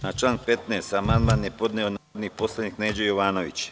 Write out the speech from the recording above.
Na član 15. amandman je podneo narodni poslanik Neđo Jovanović.